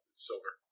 silver